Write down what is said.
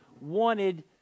wanted